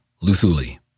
Luthuli